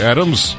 Adams